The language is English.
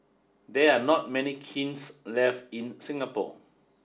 there are not many kilns left in Singapore